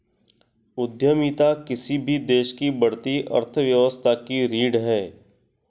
उद्यमिता किसी भी देश की बढ़ती अर्थव्यवस्था की रीढ़ है